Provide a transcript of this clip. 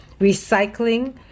recycling